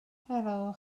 helo